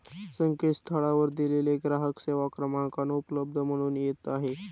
संकेतस्थळावर दिलेला ग्राहक सेवा क्रमांक अनुपलब्ध म्हणून येत आहे